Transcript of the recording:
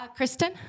Kristen